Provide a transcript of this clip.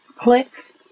clicks